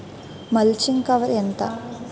Mulching cover ఎంత?